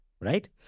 Right